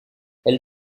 elle